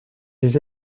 des